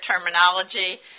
terminology